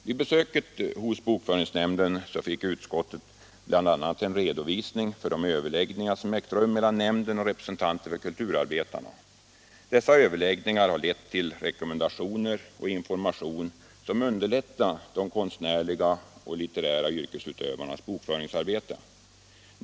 Vid besöket hos bokföringsnämnden fick utskottet bl.a. en redovisning för de överläggningar som ägt rum mellan nämnden och representanter för kulturarbetarna. Dessa överläggningar har lett till rekommendationer och information som underlättar de konstnärliga och litterära yrkesutövarnas bokföringsarbete.